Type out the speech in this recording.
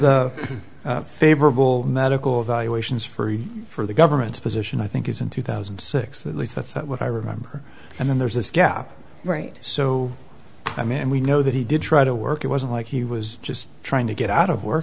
the favorable medical evaluations for for the government's position i think is in two thousand and six at least that's what i remember and then there's this gap right so i mean we know that he did try to work it wasn't like he was just trying to get out of w